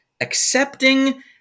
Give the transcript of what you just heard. accepting